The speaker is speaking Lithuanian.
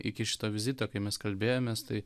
iki šito vizito kai mes kalbėjomės tai